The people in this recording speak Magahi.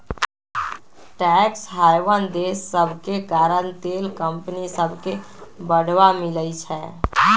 टैक्स हैवन देश सभके कारण तेल कंपनि सभके बढ़वा मिलइ छै